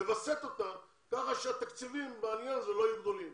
לווסת אותם כך שהתקציבים בעלייה לא יהיו גדולים.